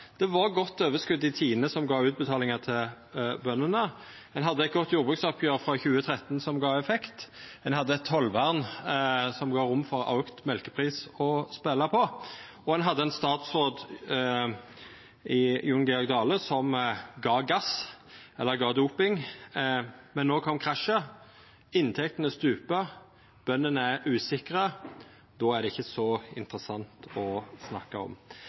det var godt overskot i dei tidene, som gav utbetalingar til bøndene, ein hadde eit jordbruksoppgjer frå 2013 som gav effekt, ein hadde eit tollvern som gav rom for å spela på auka mjølkepris, og ein hadde ein statsråd i Jon Georg Dale, som gav gass, eller gav doping. Men så kom krasjet – inntektene stupte, og bøndene var usikre – og då er det ikkje så interessant å snakka om.